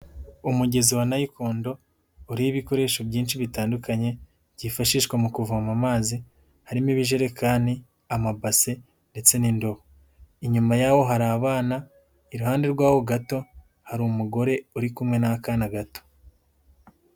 Umugezi wa nayikondo uriho ibikoresho byinshi bitandukanye byifashishwa mu kuvoma amazi, harimo ibijerekani, amabase ndetse n'indobo. Inyuma yaho hari abana, iruhande rwaho gato hari umugore uri kumwe n'akana gato.